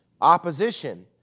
opposition